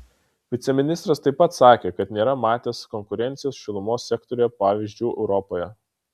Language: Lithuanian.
viceministras taip pat sakė kad nėra matęs konkurencijos šilumos sektoriuje pavyzdžių europoje